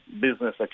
business